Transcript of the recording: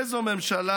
// איזו ממשלה,